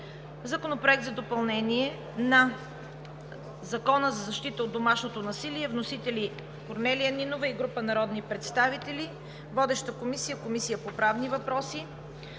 Законопроект за допълнение на Закона за защита от домашното насилие. Вносители са Корнелия Нинова и група народни представители. Водеща е Комисията по правни въпроси.